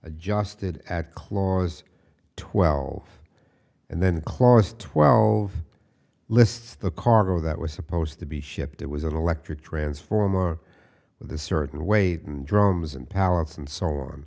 adjusted at clause twelve and then clause twelve lists the cargo that was supposed to be shipped it was an electric transformer with a certain weight and drums and pallets and so on